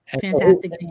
Fantastic